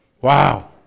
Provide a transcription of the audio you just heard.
Wow